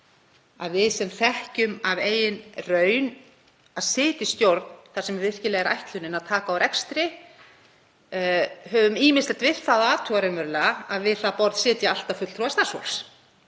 að við sem þekkjum það af eigin raun að sitja í stjórn þar sem virkilega er ætlunin að taka á rekstri höfum ýmislegt við það að athuga raunverulega að við það borð sitji alltaf fulltrúar starfsfólks.